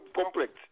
complex